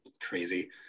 crazy